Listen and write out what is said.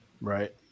Right